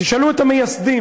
תשאלו את המייסדים,